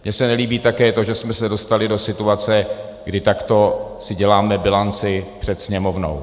Mně se nelíbí také to, že jsme se dostali do situace, kdy takto si děláme bilanci před Sněmovnou.